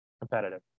competitive